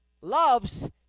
loves